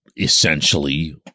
Essentially